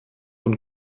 und